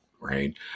right